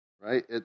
right